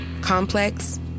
Complex